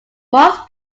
most